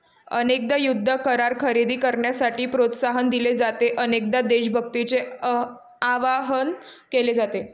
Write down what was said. अनेकदा युद्ध करार खरेदी करण्यासाठी प्रोत्साहन दिले जाते, अनेकदा देशभक्तीचे आवाहन केले जाते